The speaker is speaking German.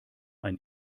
ein